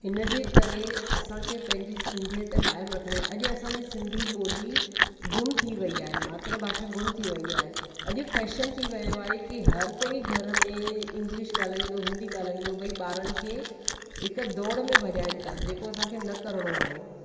हिन जे करे असांखे पंहिंजी सिंधियत क़ाइमु रखिणी आहे अॼु असांजी सिंधी ॿोली ग़ुम थी वई आहे मातृभाषा ग़ुम थी वई आहे अॼु फैशन थी वियो आहे की हर कोई घर में इंग्लिश ॻाल्हाईंदो हिंदी ॻाल्हाईंदो भई ॿारनि खे हिकु दौड़ में भॼाइनि था जेको असांखे न करिणो आहे